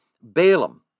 Balaam